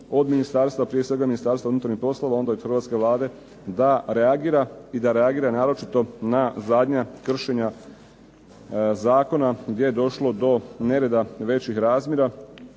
očekivali od Ministarstva unutarnjih poslova i Hrvatske vlade da reagira i da reagira naročito na zadnja kršenja Zakona gdje je došlo do nereda većih razmjera,